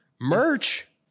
merch